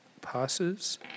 passes